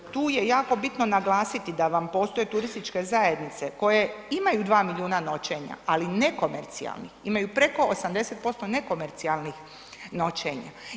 Tu je jako bitno naglasiti da vam postoje turističke zajednice koje imaju 2 milijuna noćenja ali nekomercijalnih, imaju preko 80% nekomercijalnih noćenja.